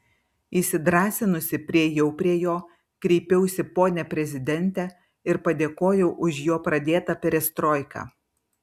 įsidrąsinusi priėjau prie jo kreipiausi pone prezidente ir padėkojau už jo pradėtą perestroiką